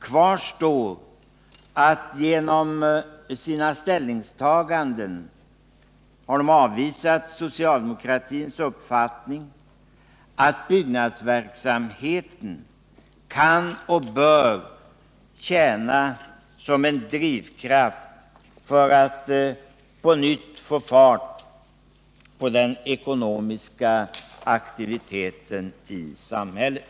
Kvar står att de genom sina ställningstaganden avvisat socialdemokratins uppfattning, att byggnadsverksamheten kan och bör tjäna som en drivkraft för att på nytt få fart på den ekonomiska aktiviteten i samhället.